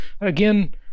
again